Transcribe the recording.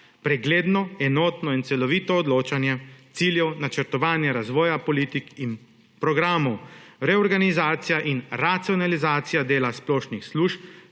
pregledno, enotno in celovito določanje ciljev, načrtovanja razvoja politik in programov; reorganizacija in racionalizacija dela splošnih služb